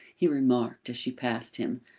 he remarked, as she passed him.